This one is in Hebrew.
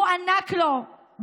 הוענק לו,